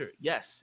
yes